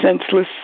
senseless